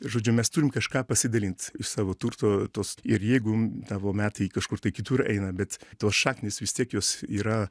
ir žodžiu mes turim kažką pasidalint iš savo turto tos ir jeigu tavo metai kažkur tai kitur eina bet tos šaknys vis tiek jos yra